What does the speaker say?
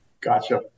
Gotcha